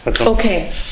Okay